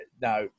now